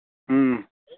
ꯎꯝ